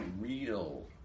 real